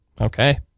Okay